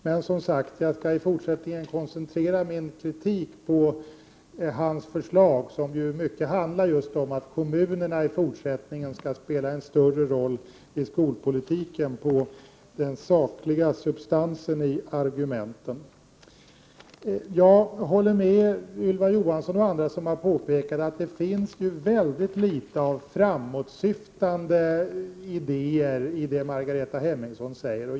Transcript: Men, som sagt, jag skall i fortsättningen koncentrera min kritik på hans förslag, som ju i mycket handlar just om att kommunerna i fortsättningen skall spela en större roll i skolpolitiken, och på — Prot. 1988/89:120 den sakliga substansen i argumenten. 24 maj 1989 Jag håller med Ylva Johansson och andra, som har påpekat att det finns väldigt litet av framåtsyftande idéer i det som Margareta Hemmingsson säger.